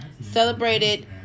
Celebrated